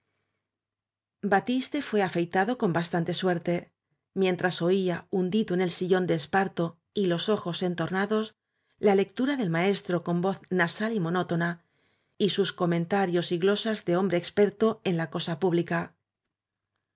batiste fué afeitado con bastante suerte mientras oía hundido en el sillón de esparto y los ojos entornados la lectura del maestro con voz nasal y monótona y sus comentarios y glosas de hombre experto en la cosa pública